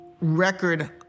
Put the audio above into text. record